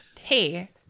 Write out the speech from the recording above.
hey